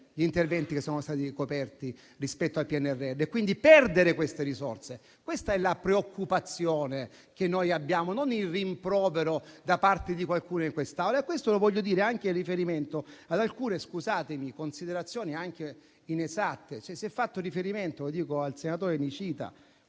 gli interventi che sono stati coperti rispetto al PNRR e quindi a perdere queste risorse. Questa è la preoccupazione che abbiamo, non il rimprovero da parte di qualcuno in quest'Aula. Questo lo voglio dire anche in riferimento ad alcune considerazioni anche inesatte. Si è fatto riferimento, lo dico al senatore di Nicita,